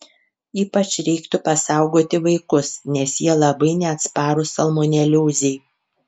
ypač reiktų pasaugoti vaikus nes jie labai neatsparūs salmoneliozei